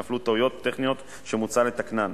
נפלו טעויות טכניות שמוצע לתקנן.